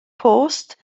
post